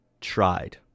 tried